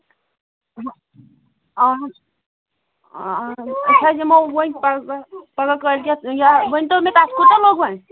آ أسۍ حظ یِمہو ؤنۍ پَگاہ پگاہ کٲلۍکیٚتھ یا ؤنۍ تَو مےٚ تَتھ کوٗتاہ لوٚگ وۅنۍ